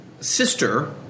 sister